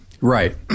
Right